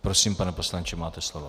Prosím, pane poslanče, máte slovo.